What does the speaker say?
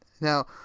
now